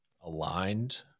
aligned